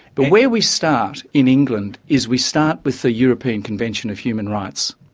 but where we start in england is, we start with the european convention of human rights.